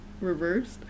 reversed